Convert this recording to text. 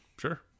Sure